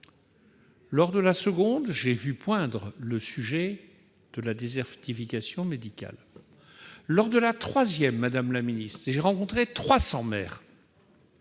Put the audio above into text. lors de la seconde, j'ai vu poindre le sujet de la désertification médicale ; lors de la troisième, madame la ministre, les 300 maires